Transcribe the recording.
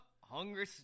hunger